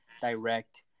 direct